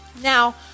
Now